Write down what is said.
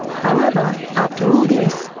however, after all this,